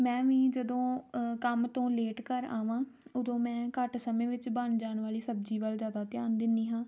ਮੈਂ ਵੀ ਜਦੋਂ ਕੰਮ ਤੋਂ ਲੇਟ ਘਰ ਆਵਾਂ ਉਦੋਂ ਮੈਂ ਘੱਟ ਸਮੇਂ ਵਿੱਚ ਬਣ ਜਾਣ ਵਾਲੀ ਸਬਜ਼ੀ ਵੱਲ ਜ਼ਿਆਦਾ ਧਿਆਨ ਦਿੰਦੀ ਹਾਂ